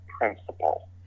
principle